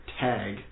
tag